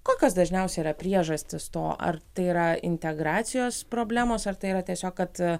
kokios dažniausiai yra priežastis to ar tai yra integracijos problemos ar tai yra tiesiog kad